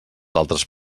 altres